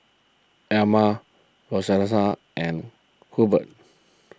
Erma Rosetta and Hurbert